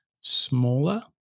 smaller